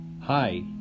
hi